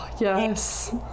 yes